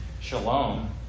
shalom